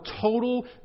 total